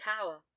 Tower